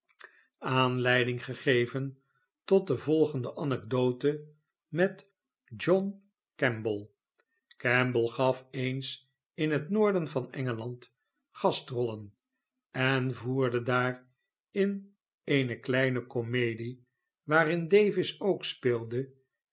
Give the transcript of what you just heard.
ding gegeven tot de volgende anekdote met john kemble kemble gaf eens in het noorden vanenge a n d gastrollen en voerde daar in eene kleine komedie waarin davis ook speelde